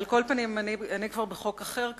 על כל פנים, אני כבר בחוק אחר כאמור,